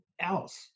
else